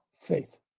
faith